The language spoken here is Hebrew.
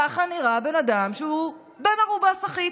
כך נראה בן אדם שהוא בן ערובה סחיט.